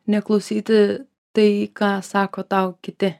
neklausyti tai ką sako tau kiti